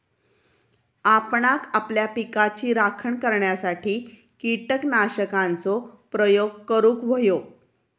आपणांक आपल्या पिकाची राखण करण्यासाठी कीटकनाशकांचो प्रयोग करूंक व्हयो